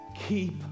Keep